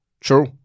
True